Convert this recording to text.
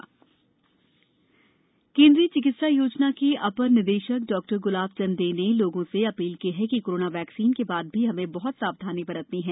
जन आन्दोलन केंद्रीय चिकित्सा योजना के अ र निदेशक ॉ ग्लाब चंद्र ने लोगों से अ ील की है कि कोरोना वैक्सीन के बाद भी हमें बहत सावधानी बरतनी है